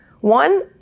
One